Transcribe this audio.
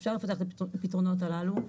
אפשר לפתח את הפתרונות הללו.